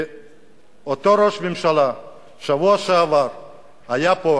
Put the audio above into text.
כי אותו ראש ממשלה בשבוע שעבר היה פה על